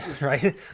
Right